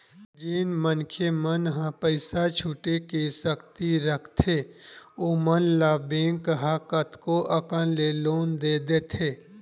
जेन मनखे मन ह पइसा छुटे के सक्ति रखथे ओमन ल बेंक ह कतको अकन ले लोन दे देथे